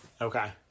Okay